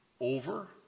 over